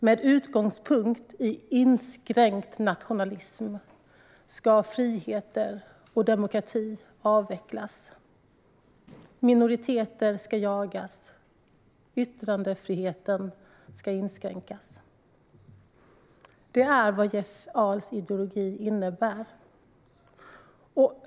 Med utgångspunkt i inskränkt nationalism ska friheter och demokrati avvecklas, minoriteter ska jagas och yttrandefriheten ska inskränkas. Det är vad Jeff Ahls ideologi innebär.